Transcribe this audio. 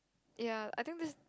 ya I think this